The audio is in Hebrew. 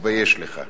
תתבייש לך.